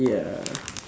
ya